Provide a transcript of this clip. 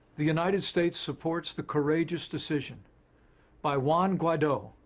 the united states supports the courageous decision by juan guaido,